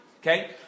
okay